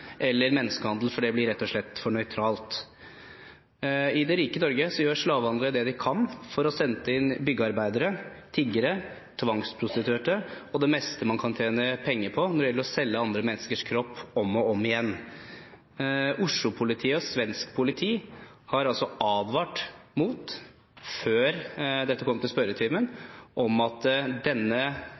eller menneskehandel, for det blir rett og slett for nøytralt. I det rike Norge gjør slavehandlere det de kan for å sende inn byggearbeidere, tiggere, tvangsprostituerte – det meste man kan tjene penger på når det gjelder å selge andre menneskers kropp om og om igjen. Før dette kom til spørretimen, har Oslo-politiet og svensk politi